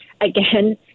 Again